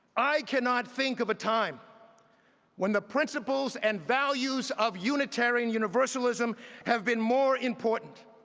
i cannot think of a time when the principles and values of unitarian universalism have been more important